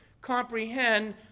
comprehend